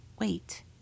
wait